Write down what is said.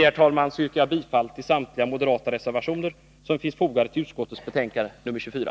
Herr talman! Med detta yrkar jag bifall till samtliga moderata reservationer som är fogade till utskottets betänkande nr 24.